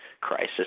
crisis